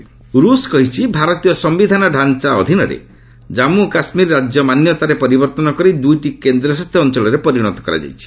ରୁଷ୍ ଜେକେ ରୁଷ୍ କହିଛି ଭାରତୀୟ ସମ୍ଭିଧାନ ଢାଞ୍ଚା ଅଧୀନରେ ଜନ୍ମୁ କାଶ୍ମୀର ରାଜ୍ୟ ମାନ୍ୟତାରେ ପରିବର୍ତ୍ତନ କରି ଦୂଇଟି କେନ୍ଦ୍ରଶାସିତ ଅଞ୍ଚଳରେ ପରିଣତ କରାଯାଇଛି